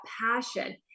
passion